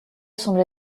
semble